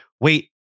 wait